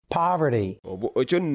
poverty